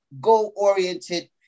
goal-oriented